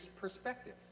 perspective